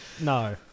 No